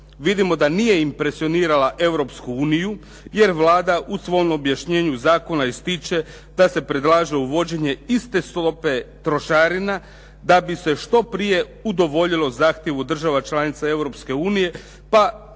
vidimo da nije impresionirala Europsku uniju jer Vlada u svom objašnjenju zakona ističe da se predlaže uvođenje iste stope trošarina da bi se što prije udovoljilo zahtjevu država članica Europske